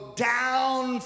Down